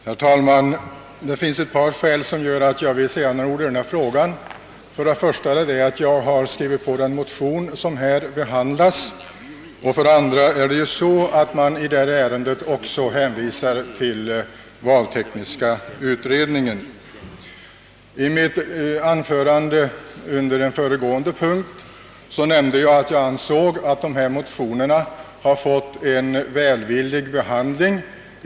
Herr talman! Det finns ett par skäl som gör att jag vill säga några ord i denna fråga. För det första har jag skrivit på den motion som här behandlas, och för det andra hänvisar man i ärendet också till den valtekniska utredningen. I mitt anförande under en föregående punkt nämnde jag att jag ansåg att de motioner jag då berörde har fått en välvillig behandling.